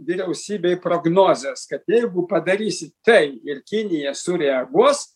vyriausybei prognozes kad jeigu padarysit tai ir kinija sureaguos